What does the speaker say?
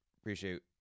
Appreciate